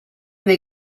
they